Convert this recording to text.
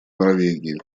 норвегии